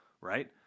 right